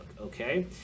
okay